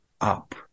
up